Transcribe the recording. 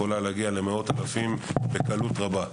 ויכולה להגיע למאות אלפים בקלות רבה.